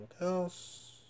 else